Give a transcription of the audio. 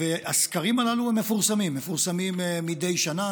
הסקרים האלה מפורסמים מדי שנה,